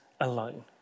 alone